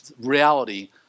reality